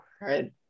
Right